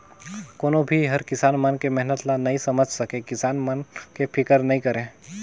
कोनो भी हर किसान मन के मेहनत ल नइ समेझ सके, किसान मन के फिकर नइ करे